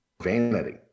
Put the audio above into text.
Vanity